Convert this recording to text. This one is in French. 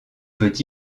peut